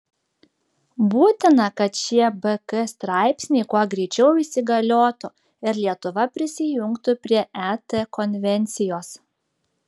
būtina kad šie bk straipsniai kuo greičiau įsigaliotų ir lietuva prisijungtų prie et konvencijos